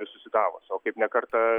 visus į davosą o kaip ne kartą